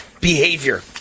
behavior